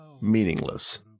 meaningless